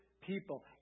people